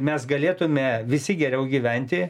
mes galėtume visi geriau gyventi